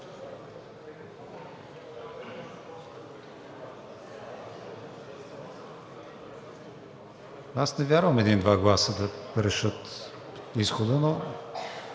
аз не вярвам един-два гласа да решат изхода. Моля,